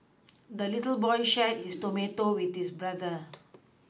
the little boy shared his tomato with his brother